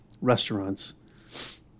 restaurants